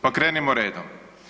Pa krenimo redom.